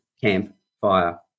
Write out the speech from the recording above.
campfire